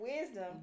wisdom